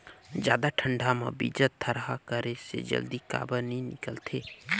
जादा ठंडा म बीजा थरहा करे से जल्दी काबर नी निकलथे?